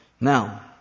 Now